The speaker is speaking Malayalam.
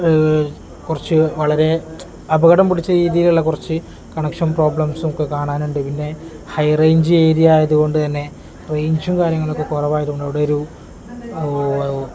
കുറച്ചു വളരെ അപകടം പിടിച്ച രീതിയിലുള്ള കുറച്ചു കണക്ഷൻ പ്രോബ്ലംസും ഒക്കെ കാണാനുണ്ട് പിന്നെ ഹൈ റേഞ്ച് ഏരിയ ആയതുകൊണ്ട് തന്നെ റേയ്ഞ്ചും കാര്യങ്ങളൊക്കെ കുറവായതുകൊണ്ട് ഇവിടെ ഒരു